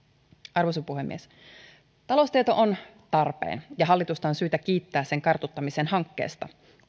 arvoisa puhemies taloustieto on tarpeen ja hallitusta on syytä kiittää sen kartuttamisen hankkeesta